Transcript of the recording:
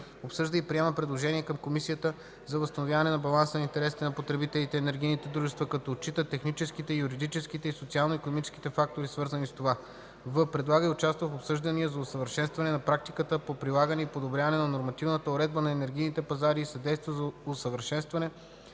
обсъжда и приема предложения към комисията за възстановяване на баланса на интересите на потребителите и енергийните дружества, като отчита техническите, юридически и социално-икономическите фактори, свързани с това; в) предлага и участва в обсъждания за усъвършенстване на практиката по прилагане и подобряване на нормативната уредба на енергийните пазари и съдейства за усъвършенстване